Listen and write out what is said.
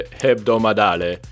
hebdomadale